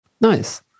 Nice